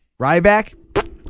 Ryback